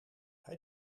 hij